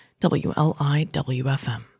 WLIWFM